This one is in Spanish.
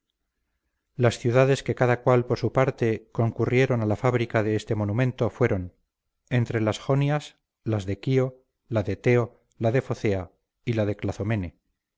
las ciudades que cada cual por su parte concurrieron a la fábrica de este monumento fueron entre las jonias las de quío la de teo la de focea y las de